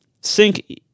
sync